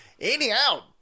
Anyhow